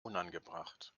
unangebracht